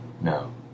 No